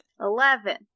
Eleven